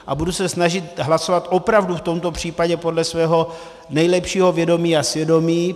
A budu se snažit hlasovat opravdu v tomto případě podle svého nejlepšího vědomí a svědomí.